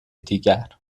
دیگر